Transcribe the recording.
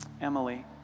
Emily